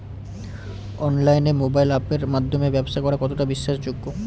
অনলাইনে মোবাইল আপের মাধ্যমে ব্যাবসা করা কতটা বিশ্বাসযোগ্য?